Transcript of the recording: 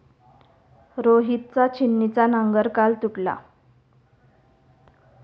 रोहितचा छिन्नीचा नांगर काल तुटला